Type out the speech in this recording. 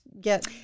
get